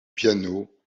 piano